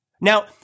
Now